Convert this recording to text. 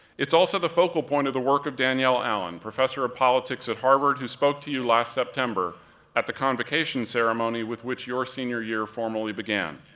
it's also the focal point of the work of danielle allen, professor of politics at harvard, who spoke to you last september at the convocation ceremony with which your senior year formally began.